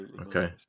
okay